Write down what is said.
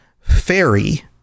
fairy